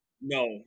No